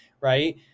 Right